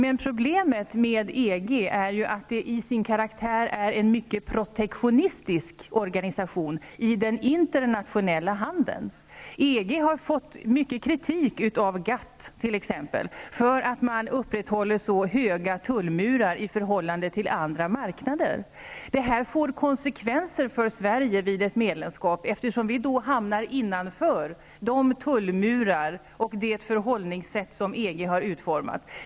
Problemet med EG är att det till sin karaktär är en mycket protektionistisk organisation i den internationella handeln. EG har fått mycket kritik från t.ex. GATT för att man upprätthåller så höga tullmurar i förhållande till andra marknader. Detta får konsekvenser för Sverige vid ett medlemskap, eftersom vi då hamnar innanför dessa tullmurar och det förhållningssätt som EG har utformat.